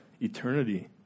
eternity